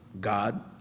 God